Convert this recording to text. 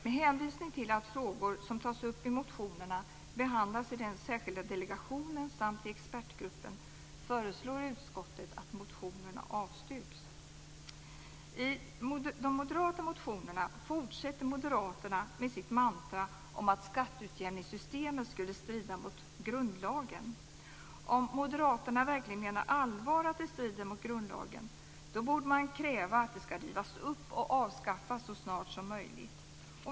Med hänvisning till att frågor som tas upp i motionerna behandlas i den särskilda delegationen samt i expertgruppen föreslår utskottet att motionerna avstyrks. I de moderata motionerna fortsätter moderaterna med sitt mantra om att skatteutjämningssystemet skulle strida mot grundlagen. Om moderaterna verkligen menar allvar med att det strider mot grundlagen borde de kräva att det ska rivas upp och avskaffas så snart som möjligt.